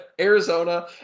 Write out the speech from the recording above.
Arizona